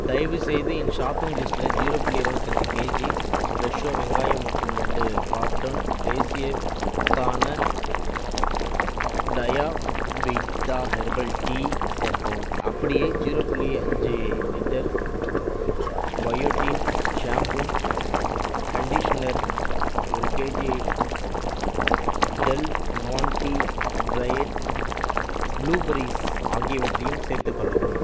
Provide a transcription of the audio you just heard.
தயவுசெய்து என் ஷாப்பிங் லிஸ்டில் ஜீரோ புள்ளி இருபத்தஞ்சி கேஜி ஃப்ரெஷ்ஷோ வெங்காயம் மற்றும் ரெண்டு கார்ட்டன் தேசிய உத்தான டயாபிட்டா ஹெர்பல் டீ சேர்க்கவும் அப்படியே ஜீரோ புள்ளி அஞ்சு லிட்டர் பயோடின் ஷேம்பூம் கண்டிஷனர் ஒரு கேஜியை டெல் மோண்ட்டீ ட்ரைட் ப்ளூபெரிஸ் ஆகியவற்றையும் சேர்த்துக்கொள்ளவும்